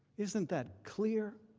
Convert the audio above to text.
isn't that clear?